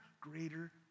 greater